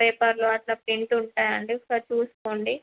పేపర్లు అలా ప్రింట్ ఉంటాయండి ఒకసారి చూసుకోండి